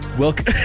welcome